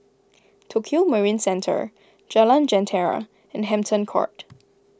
Tokio Marine Centre Jalan Jentera and Hampton Court